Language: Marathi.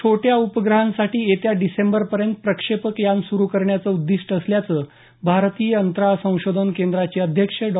छोट्या उपग्रहांसाठी येत्या डिसेंबरपर्यंत प्रक्षेपक यान सुरु करण्याचं उद्दीष्ट असल्याचं भारतीय अंतराळ संशोधन केंद्राचे अध्यक्ष डॉ